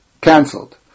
cancelled